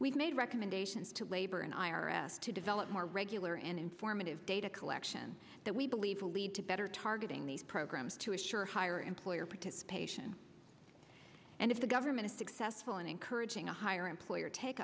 we've made recommendations to labor and i r s to develop more regular and informative data collection that we believe will lead to better targeting these programs to assure higher employer participation and if the government is successful in encouraging a higher employer take